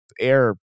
air